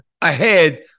ahead